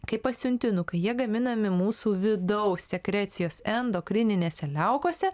kaip pasiuntinukai jie gaminami mūsų vidaus sekrecijos endokrininėse liaukose